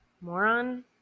Moron